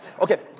Okay